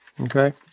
Okay